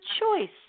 choice